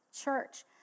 church